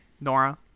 Nora